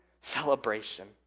celebration